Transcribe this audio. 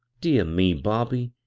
dear me, bobby,